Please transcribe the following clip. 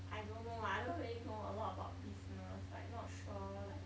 I don't know lah I don't really know a lot about business like not sure like